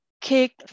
kick